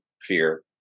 fear